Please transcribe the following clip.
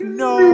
no